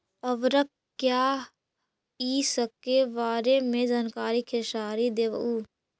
उर्वरक क्या इ सके बारे मे जानकारी खेसारी देबहू?